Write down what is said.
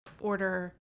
order